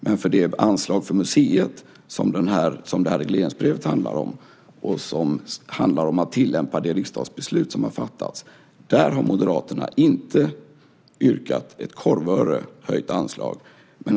Men i fråga om det anslag för museet som det här regleringsbrevet handlar om och som handlar om att tillämpa det riksdagsbeslut som har fattats har Moderaterna inte yrkat ett korvöre i höjt anslag.